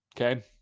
Okay